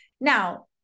now